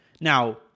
Now